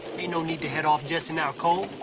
no need to head off jesse now, cole.